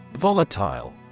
Volatile